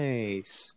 Nice